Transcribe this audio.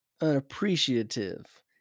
unappreciative